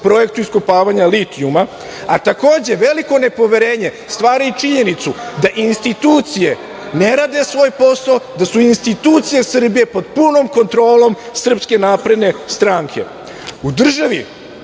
projektu iskopavanja litijuma, a takođe veliko nepoverenje stvara i činjenicu da institucije ne rade svoj posao, da su institucije Srbije pod punom kontrolom SNS. U državi